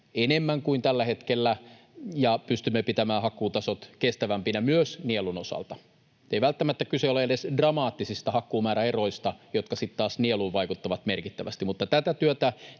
enemmän kuin tällä hetkellä ja pystymme pitämään hakkuutasot kestävämpinä myös nielun osalta. Ei välttämättä kyse ole edes dramaattisista hakkuumääräeroista, jotka sitten taas nieluun vaikuttavat merkittävästi. Mutta tätä työtä